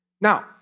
Now